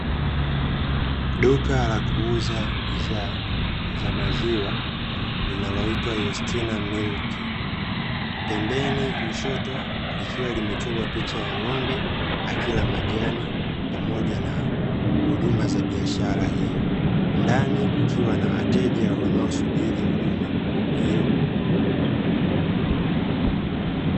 Duka la kuuza bidhaa za maziwa linaloitwa (YUSTINA MILK) pembeni kushoto likiwa limechorwa picha ya ng'ombe akila majani pamoja na huduma za biashara hiyo, ndani kukiwa na wateja wanao subiri huduma hiyo.